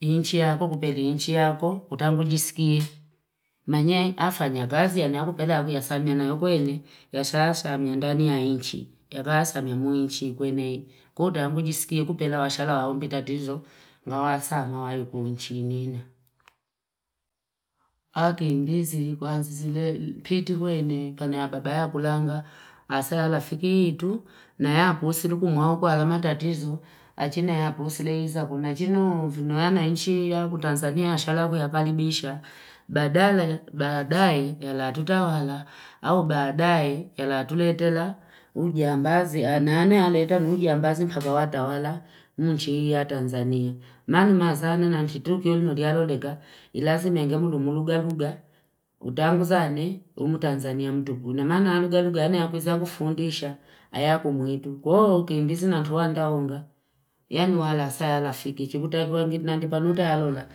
Inchia kukuperi inchia kutangu jisikia. Manye afanya kazi ya nia kupela kuyasamia nayo kwenye. Yashalashamia ndani ya inchi. Yashalashamia mu inchi kwenye. Kutangu jisikia kupela washalawahombi tatizo. Nga wasaama wayu kuminchi inina. Aki ndizi kwanzi zile piti kwenye. Kani ya baba ya kulanga Asala fikitu. Na ya pusu luku mwaku alamata tizo. Achina ya pusu leiza. Kuna chini unuana inchia kutanzania yashalawahombisha. Badala badayi yalatutawala. Au badayi yalatuletela. Nane ya leta unuja ambazi mpaka watawala. Mkuchia Tanzania. Manu mawasana nanti truki unu diyalo leka. Ilazimi yangemu lumuluga luga. Kutangu zane umutanzania mtuku. Na mana luga luga nane ya kwiza kufundisha. Aya kumuhituku. Kwa oki ndizi na tuwanda wonga. Yani muhala saya rafiki. Chibutakwa ngini nangibanuta ya alona.